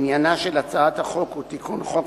עניינה של הצעת החוק השנייה הוא תיקון חוק